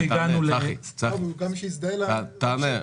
צחי, תענה לו.